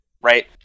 right